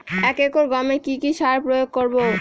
এক একর গমে কি কী সার প্রয়োগ করব?